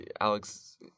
Alex